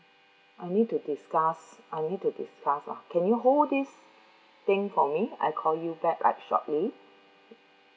I will need to discuss I will need to discuss ah can you hold this thing for me I call you back up shortly